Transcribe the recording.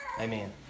Amen